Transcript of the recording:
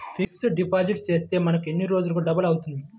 Fixed deposit చేస్తే మనకు ఎన్ని రోజులకు డబల్ అవుతాయి?